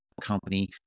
company